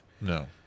no